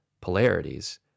polarities